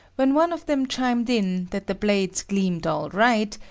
when one of them chimed in that the blades gleamed all right,